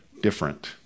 different